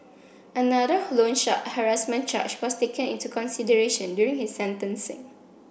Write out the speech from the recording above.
another loan shark harassment charge was taken into consideration during his sentencing